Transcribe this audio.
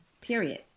period